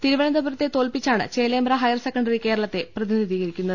തിരുവനന്തപുരത്തെ തോൽപ്പിച്ചാണ് Chelembra higher secondary കേരളത്തെ പ്രതിനിധീകരിക്കുന്നത്